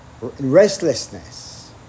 restlessness